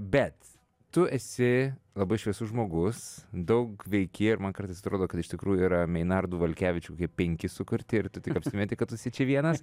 bet tu esi labai šviesus žmogus daug veiki ir man kartais atrodo kad iš tikrųjų yra meinardų valkevičių kokie penki sukurti ir tu tik apsimeti kad tu esi čia vienas